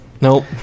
Nope